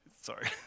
Sorry